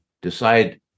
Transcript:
decide